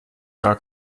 gar